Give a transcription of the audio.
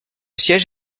siège